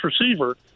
receiver